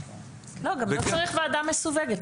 לא, גם לא צריך ועדה מסווגת.